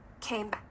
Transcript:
came